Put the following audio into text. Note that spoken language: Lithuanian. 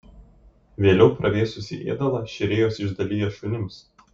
vėliau pravėsusį ėdalą šėrėjos išdalija šunims